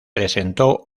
presentó